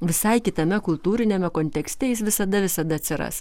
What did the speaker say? visai kitame kultūriniame kontekste jis visada visada atsiras